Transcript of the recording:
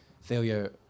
failure